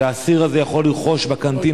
והאסיר הזה יכול לרכוש בקנטינה.